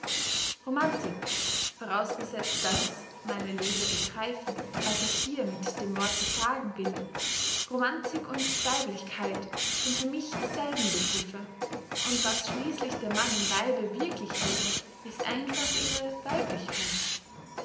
romantik vorausgesetzt daß meine leser begreifen was ich hier mit dem wort besagen will romantik und weiblichkeit sind für mich dieselben begriffe und was schließlich der mann im weibe wirklich liebt ist einfach ihre weiblichkeit